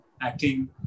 acting